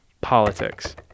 politics